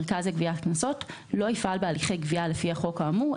המרכז לגביית קנסות לא יפעל בהליכי גבייה לפי החוק האמור,